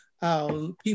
People